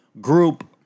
group